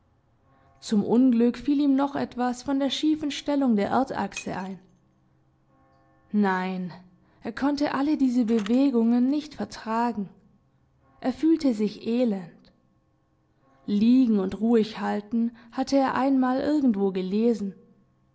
zum unglück fiel ihm noch etwas von der schiefen stellung der erdachse ein nein er konnte alle diese bewegungen nicht vertragen er fühlte sich elend liegen und ruhig halten hatte er einmal irgendwo gelesen